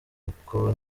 uko